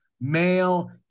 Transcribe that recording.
male